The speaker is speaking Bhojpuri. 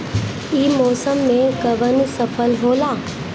ई मौसम में कवन फसल होला?